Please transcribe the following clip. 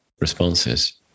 responses